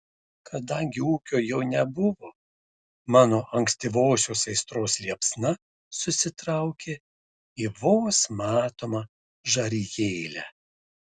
kadangi ūkio jau nebuvo mano ankstyvosios aistros liepsna susitraukė į vos matomą žarijėlę